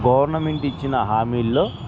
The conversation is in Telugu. గవర్నమెంట్ ఇచ్చిన హామీల్లో